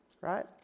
Right